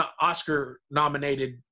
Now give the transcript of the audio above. Oscar-nominated